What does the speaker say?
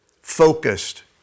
focused